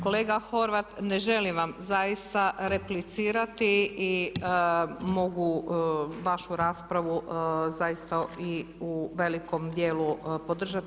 Kolega Horvat, ne želim vam zaista replicirati i mogu vašu raspravu zaista i u velikom dijelu podržati.